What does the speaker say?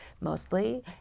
mostly